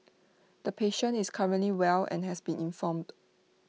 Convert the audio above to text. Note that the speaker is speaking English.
the patient is currently well and has been informed